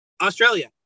Australia